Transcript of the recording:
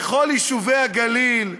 בכל יישובי הגליל,